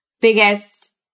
Biggest